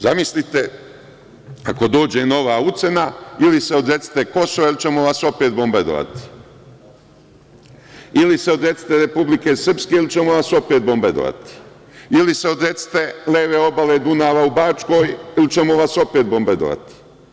Zamislite ako dođe nova ucena - ili se odrecite Kosova ili ćemo vas opet bombardovati, ili se odrecite Republike Srpske ili ćemo vas opet bombardovati, ili se odredite leve obale Dunava u Bačkoj ili ćemo vas opet bombardovati?